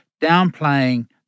downplaying